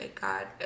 God